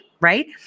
right